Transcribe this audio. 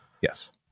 yes